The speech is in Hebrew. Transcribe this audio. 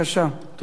תודה, אדוני.